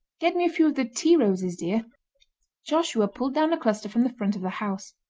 get me a few of the tea-roses, dear joshua pulled down a cluster from the front of the house.